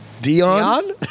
Dion